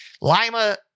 Lima